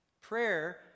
Prayer